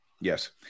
Yes